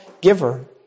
giver